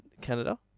Canada